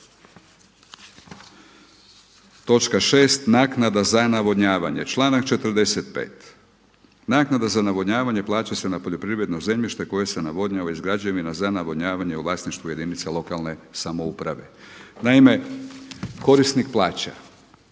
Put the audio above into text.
točka 6. Naknada za navodnjavanje. Članak 45. Naknada za navodnjavanje plaća se na poljoprivredno zemljište koje se navodnjava iz građevina za navodnjavanje u vlasništvu jedinica lokalne samouprave. Naime, korisnik plaća.